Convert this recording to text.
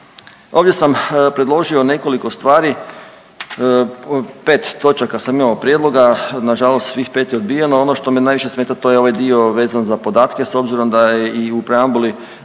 Ovdje sam predložio nekoliko stvari, 5 točaka sam imamo prijedloga, nažalost svih 5 je odbijeno. Ono što me najviše smeta to je ovaj dio vezan za podatke s obzirom da je u preambuli